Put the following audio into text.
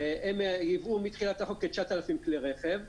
הם ייבאו מתחילת החוק כ-9,000 כלי רכב.